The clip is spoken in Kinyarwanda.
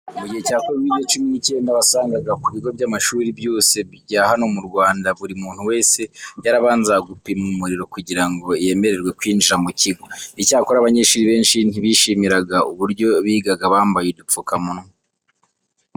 Mu gihe cya Kovide cyumi n'icyenda wasangaga ku bigo by'amashuri byose bya hano mu Rwanda buri muntu wese yarabanzaga gupimwa umuriro kugira ngo yemererwe kwinjira mu kigo. Icyakora abanyeshuri benshi ntibishimiraga uburyo bigaga bambaye udupfukamunwa.